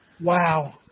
Wow